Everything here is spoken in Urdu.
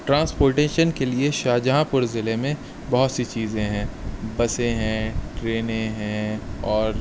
ٹرانسپوٹیشن کے لیے شاہجہاں پور ضلع میں بہت سی چیزیں ہیں بسیں ہیں ٹرینیں ہیں اور